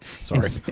Sorry